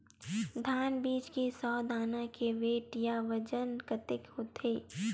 धान बीज के सौ दाना के वेट या बजन कतके होथे?